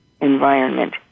environment